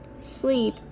sleep